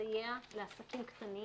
לסייע לעסקים קטנים,